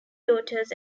daughters